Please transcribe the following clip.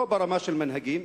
לא ברמה של מנהיגים,